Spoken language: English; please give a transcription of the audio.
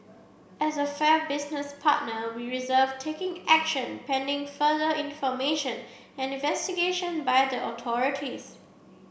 as a fair business partner we reserved taking action pending further information and investigation by the authorities